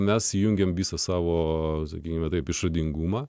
mes įjungėme visą savo gyvybę taip išradingumą